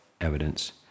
evidence